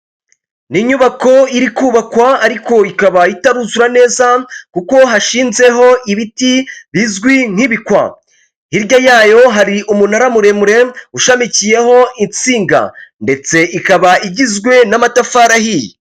Ni inyubako iri kubakwa ariko ikaba itaruzura neza kuko hashinzeho ibiti bizwi nk'ibikwa. Hirya yayo, hari umunara muremure ushamikiyeho insinga, ndetse ikaba igizwe n'amatafari ahiye.